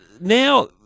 now